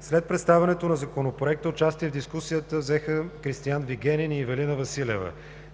След представянето на Законопроекта участие в дискусията взеха Кристиан Вигенин и Ивелина Василева.